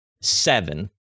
seven